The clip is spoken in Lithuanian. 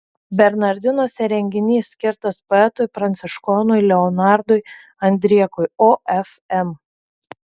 bernardinuose renginys skirtas poetui pranciškonui leonardui andriekui ofm